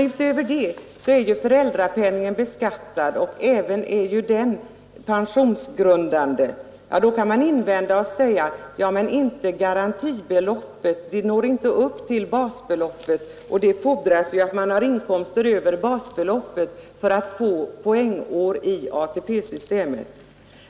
Utöver det är föräldrapenningen beskattad och även pensionsgrundande. Då kan man invända: Ja, men detta gäller inte garantibeloppet — det når inte upp till basbeloppet, och det fordras ju att man har inkomster över basbeloppet för att få poängår i ATP-systemet.